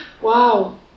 Wow